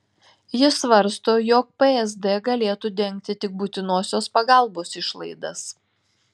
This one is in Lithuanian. ji svarsto jog psd galėtų dengti tik būtinosios pagalbos išlaidas